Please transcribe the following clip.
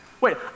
Wait